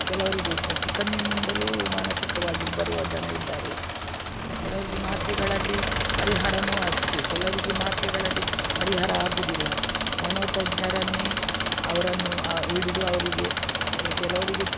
ಕೆಲವರಿಗೆ ಚಿಕ್ಕಂದಿನಿಂದಲೂ ಮಾನಸಿಕವಾಗಿ ಬರುವ ಜನ ಇದ್ದಾರೆ ಕೆಲವರಿಗೆ ಮಾತ್ರೆಗಳಲ್ಲಿ ಪರಿಹಾರ ಆಗ್ತೆ ಕೆಲವರಿಗೆ ಮಾತ್ರೆಗಳಲ್ಲಿ ಪರಿಹಾರ ಆಗೋದಿಲ್ಲ ಮನೋ ತಜ್ಞರನ್ನೇ ಅವರನ್ನು ಹಿಡಿದು ಅವರಿಗೆ ಕೆಲವರಿಗೆ